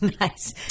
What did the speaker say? Nice